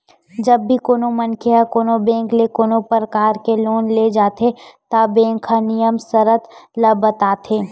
जब भी कोनो मनखे ह कोनो बेंक ले कोनो परकार के लोन ले जाथे त बेंक ह नियम सरत ल बताथे